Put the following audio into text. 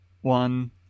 one